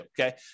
okay